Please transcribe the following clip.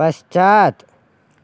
पश्चात्